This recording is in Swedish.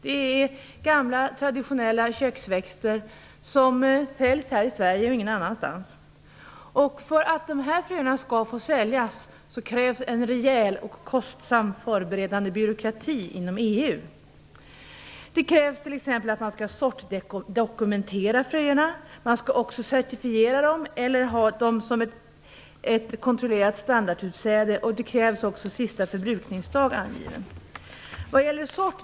Det rör sig om gamla traditionella köksväxter som säljs här i Sverige och ingen annanstans. För att dessa fröer skall få säljas krävs en rejäl och kostsam förberedande byråkrati inom EU. Det krävs t.ex. att man skall sortdokumentera fröerna. Man skall också certifiera dem eller ha dem som ett kontrollerat standardutsäde. Vidare krävs det att sista förbrukningsdag skall anges.